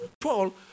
Paul